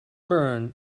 burn